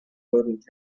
wouldn’t